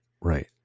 right